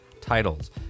titles